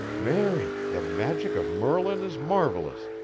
marry! the magic of merlin is marvelous,